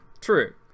True